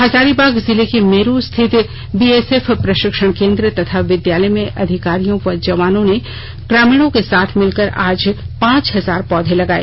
हजारीबाग जिले के मेरु स्थित बीएसएफ प्रशिक्षण केंद्र तथा विद्यालय में अधिकारियों व जवानों ने ग्रामीणों के साथ मिलकर आज पांच हजार पौधे लगाये